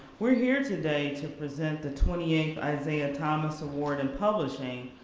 we're here today to present the twenty eighth isaiah thomas award in publishing,